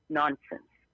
nonsense